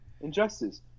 injustice